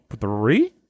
three